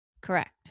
Correct